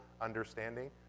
understanding